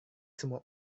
semua